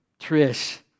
Trish